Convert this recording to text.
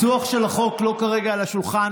הניסוח של החוק לא כרגע על השולחן.